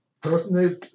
Personally